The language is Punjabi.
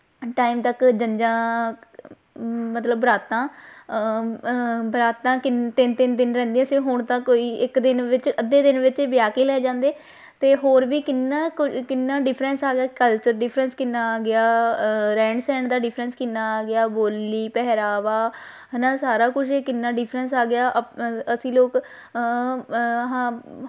ਟਾਈਮ ਤੱਕ ਜੰਝਾਂ ਮਤਲਬ ਬਰਾਤਾਂ ਬਰਾਤਾਂ ਕਿੰਨ ਤਿੰਨ ਤਿੰਨ ਦਿਨ ਰਹਿੰਦੀਆਂ ਸੀ ਹੁਣ ਤਾਂ ਕੋਈ ਇੱਕ ਦਿਨ ਵਿੱਚ ਅੱਧੇ ਦਿਨ ਵਿੱਚ ਵਿਆਹ ਕੇ ਲੈ ਜਾਂਦੇ ਅਤੇ ਹੋਰ ਵੀ ਕਿੰਨਾ ਕੁ ਕਿੰਨਾ ਡਿਫਰੈਂਸ ਆ ਕਲਚਰ ਡਿਫਰੈਂਸ ਕਿੰਨਾ ਆ ਗਿਆ ਰਹਿਣ ਸਹਿਣ ਦਾ ਡਿਫਰੈਂਸ ਕਿੰਨਾ ਆ ਗਿਆ ਬੋਲੀ ਪਹਿਰਾਵਾ ਹੈ ਨਾ ਸਾਰਾ ਕੁਛ ਏ ਕਿੰਨਾ ਡਿਫਰੈਂਸ ਆ ਗਿਆ ਅਪ ਅ ਅਸੀਂ ਲੋਕ ਹਾਂ